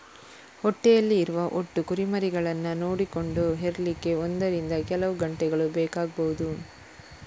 ಹೊಟ್ಟೆಯಲ್ಲಿ ಇರುವ ಒಟ್ಟು ಕುರಿಮರಿಗಳನ್ನ ನೋಡಿಕೊಂಡು ಹೆರ್ಲಿಕ್ಕೆ ಒಂದರಿಂದ ಕೆಲವು ಗಂಟೆಗಳು ಬೇಕಾಗ್ಬಹುದು